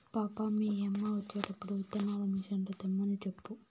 పాపా, మీ యమ్మ వచ్చేటప్పుడు విత్తనాల మిసన్లు తెమ్మని సెప్పు